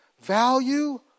value